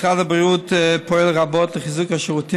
משרד הבריאות פועל רבות לחיזוק השירותים